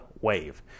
wave